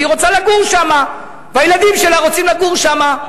והיא רוצה לגור שם והילדים שלה רוצים לגור שם.